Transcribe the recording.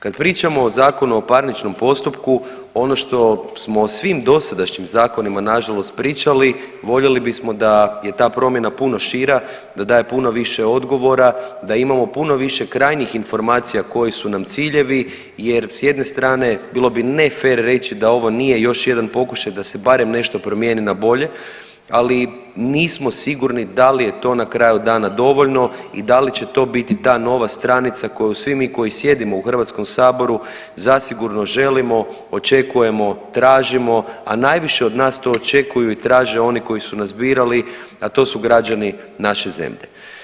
Kad pričamo o ZPP-u ono što smo o svim dosadašnjim zakonima nažalost pričali voljeli bismo da je ta promjena puno šira, da daje puno više odgovora, da imamo puno više krajnjih informacija koji su nam ciljevi jer s jedne strane bilo bi ne fer reći da ovo nije još jedan pokušaj da se barem nešto promijeni na bolje, ali nismo sigurni da li je to na kraju dana dovoljno i da li će to biti ta nova stranica koju svi mi koji sjedimo u HS zasigurno želimo, očekujemo, tražimo, a najviše od nas to očekuju i traže oni koji su nas birali, a to su građani naše zemlje.